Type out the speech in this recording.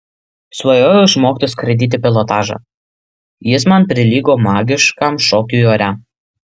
svajojau išmokti skraidyti pilotažą jis man prilygo magiškam šokiui ore